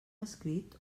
escrit